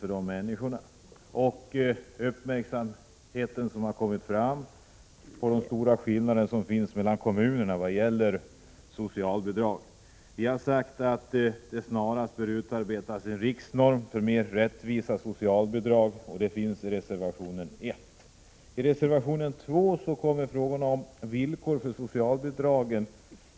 Den är vidare föranledd av den uppmärksamhet som har fästs på de stora skillnader som finns mellan kommunerna när det gäller socialbidrag. Vi har sagt att det snarast bör utarbetas en riksnorm för mer rättvisa socialbidrag. Detta står att läsa i reservation 1. I reservation 2 behandlas frågan om villkoren för socialbidrag.